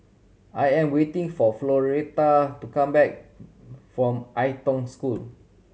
I am waiting for Floretta to come back from Ai Tong School